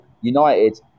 United